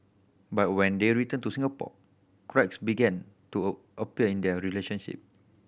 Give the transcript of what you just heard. but when they returned to Singapore cracks began to a appear in their relationship